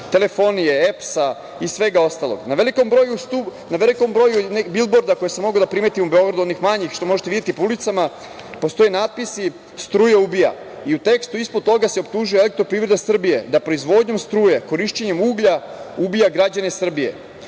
telefonije, EPS i svega ostalog. Na velikom broju bilborda koje sam mogao da primetim u Beogradu, onih manjih, što možete videti po ulicama postoji natpisi - struja ubija i u tekstu ispod toga se optužuje „Elektroprivreda Srbije“ da proizvodnjom struje, korišćenjem uglja ubija građane Srbije.